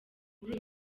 muri